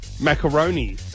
Macaroni